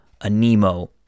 Anemo